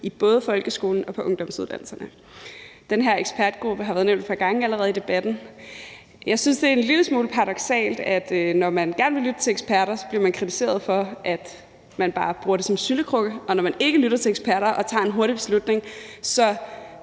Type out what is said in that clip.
i både folkeskolen og på ungdomsuddannelserne. Den her ekspertgruppe har været nævnt et par gange allerede i debatten. Jeg synes, at det er en lille smule paradoksalt, at når man gerne vil lytte til eksperter, så bliver man kritiseret for, at man bare bruger det som en syltekrukke, og når man ikke lytter til eksperter og tager en hurtig beslutning, får